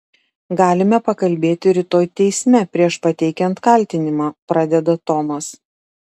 galime pakalbėti rytoj teisme prieš pateikiant kaltinimą pradeda tomas